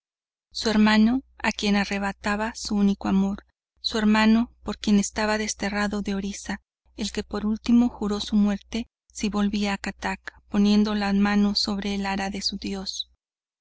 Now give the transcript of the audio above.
su hermano a quien arrebataba su único amor su hermano por quien estaba desterrado de orisa el que por ultimo juro su muerte si volvía a kattak poniendo la mano sobre el ara de su dios